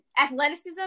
athleticism